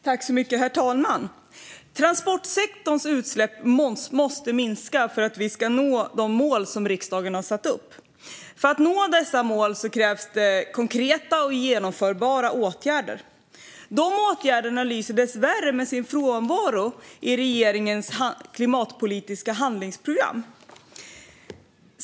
Herr talman! Transportsektorns utsläpp måste minska för att vi ska nå de mål som riksdagen har satt upp. För att nå dessa mål krävs det konkreta och genomförbara åtgärder. De lyser dessvärre med sin frånvaro i regeringens klimatpolitiska handlingsplan.